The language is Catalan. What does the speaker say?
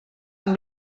amb